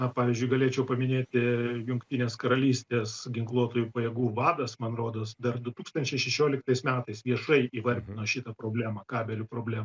na pavyzdžiui galėčiau paminėti jungtinės karalystės ginkluotųjų pajėgų vadas man rodos dar du tūkstančiai šešioliktais metais viešai įvardino šitą problemą kabelių problemą